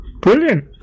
Brilliant